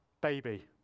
baby